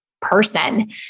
person